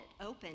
open